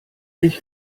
ich